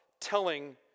telling